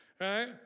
right